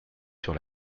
sur